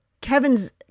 kevin's